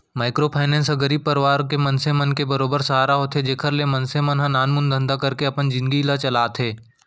micro finance ह गरीब परवार के मनसे मन के बरोबर सहारा होथे जेखर ले मनसे मन ह नानमुन धंधा करके अपन जिनगी ल चलाथे